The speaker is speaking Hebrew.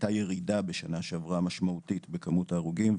הייתה בשנה שעברה ירידה משמעותית בכמות ההרוגים,